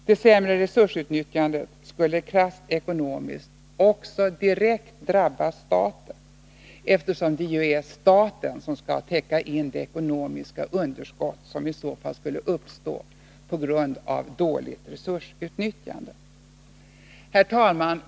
Det sämre resursutnyttjandet skulle krasst ekonomiskt också drabba staten, eftersom det ju är staten som skall täcka det ekonomiska underskott som i så fall skulle uppstå. Herr talman!